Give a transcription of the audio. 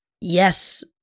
yes